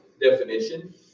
definition